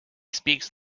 speaks